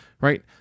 Right